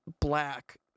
black